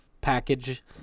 package